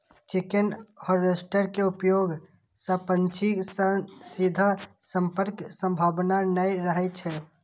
chicken harvester के उपयोग सं पक्षी सं सीधा संपर्कक संभावना नै रहै छै